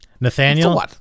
Nathaniel